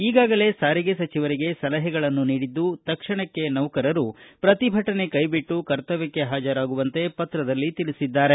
ಈಗಾಗಲೇ ಸಾರಿಗೆ ಸಚಿವರಿಗೆ ಸಲಹೆಗಳನ್ನು ನೀಡಿದ್ದು ತಕ್ಷಣಕ್ಕೆ ನೌಕರರು ಪ್ರತಿಭಟನೆ ಕೈಬಿಟ್ಟು ಕರ್ತವ್ಯಕ್ಷೆ ಹಾಜರಾಗುವಂತೆ ಪತ್ರದಲ್ಲಿ ತಿಳಿಸಿದ್ದಾರೆ